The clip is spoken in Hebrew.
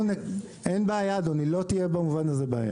אין בעיה, אדוני, לא תהיה במובן הזה בעיה.